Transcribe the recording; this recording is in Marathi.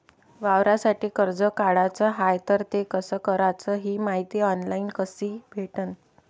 वावरासाठी कर्ज काढाचं हाय तर ते कस कराच ही मायती ऑनलाईन कसी भेटन?